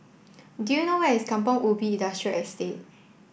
do you know where is Kampong Ubi Industrial Estate